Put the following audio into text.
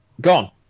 gone